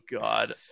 God